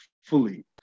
fully